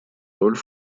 роль